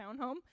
townhome